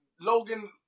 Logan